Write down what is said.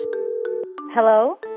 Hello